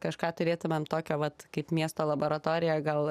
kažką turėtumėm tokio vat kaip miesto laboratoriją gal